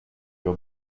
your